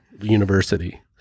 university